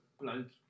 bloke